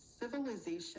civilization